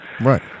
right